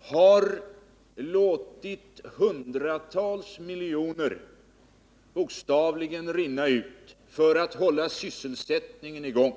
har bokstavligen låtit många hundratal miljoner rinna ut för att hålla sysselsättningen i gång.